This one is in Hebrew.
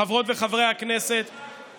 חברות וחברי הכנסת,